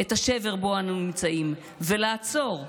את השבר שבו אנו נמצאים ולעצור רגע,